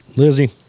Lizzie